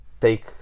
take